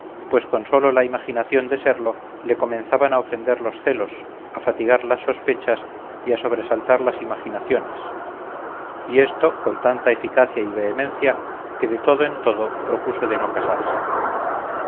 pues con sólo la imaginación de serlo le comenzaban a ofender los celos a fatigar las sospechas y a sobresaltar las imaginaciones y esto con tanta eficacia y vehemencia que de todo en todo propuso de no casarse